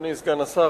אדוני סגן השר,